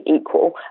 equal